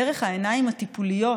דרך העיניים הטיפוליות,